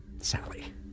Sally